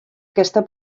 aquesta